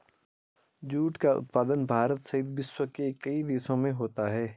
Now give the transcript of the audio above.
jute का उत्पादन भारत सहित विश्व के कई देशों में होता है